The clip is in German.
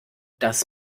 das